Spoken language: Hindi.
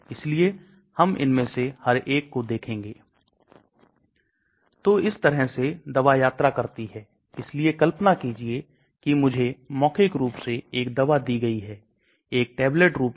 इसलिए बड़े रसायन ध्रुवीय मॉलिक्यूल निष्क्रिय प्रसार द्वारा हाइड्रोफोबिक प्लाज्मा से नहीं गुजर पाते हैं